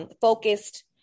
focused